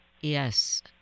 Yes